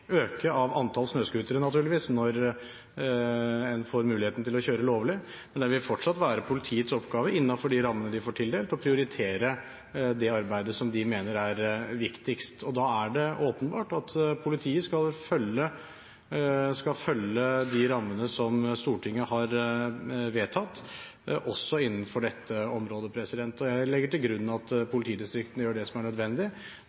fortsatt være politiets oppgave innenfor de rammene de får tildelt, å prioritere det arbeidet som de mener er viktigst. Da er det åpenbart at politiet skal følge de rammene som Stortinget har vedtatt, også innenfor dette området. Jeg legger til grunn at politidistriktene gjør det som er nødvendig